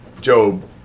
Job